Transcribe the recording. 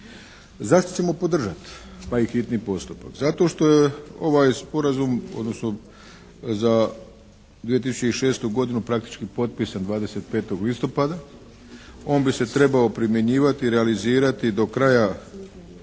Zahtjev ćemo podržati, pa i hitni postupak. Zato što je ovaj sporazum, odnosno za 2006. godinu praktički potpisan 25. listopada. On bi se trebao primjenjivati i realizirati do kraja